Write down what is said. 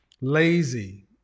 Lazy